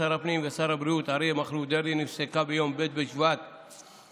שר הפנים ושר הבריאות אריה מכלוף דרעי נפסקה ביום ב' בשבט התשפ"ג,